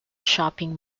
shopping